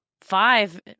five